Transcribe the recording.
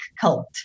cult